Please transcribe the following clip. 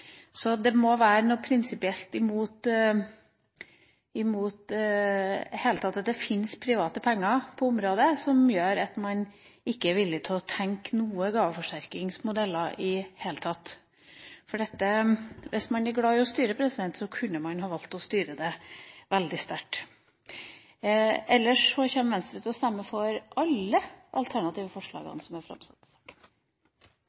Det må være noe prinsipielt imot at det i det hele tatt finnes private penger på området som gjør at man ikke er villig til å tenke gaveforsterkningsmodeller i det hele tatt. Hvis man var glad i å styre, kunne man ha valgt å styre det veldig sterkt. Ellers kommer Venstre til å stemme for alle de alternative